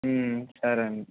సరే అండి